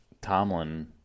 Tomlin